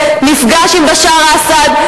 נפגש עם בשאר אסד,